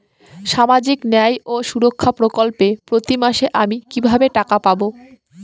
সামাজিক ন্যায় ও সুরক্ষা প্রকল্পে প্রতি মাসে আমি কিভাবে টাকা পাবো?